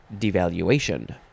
devaluation